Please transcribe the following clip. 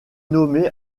nommé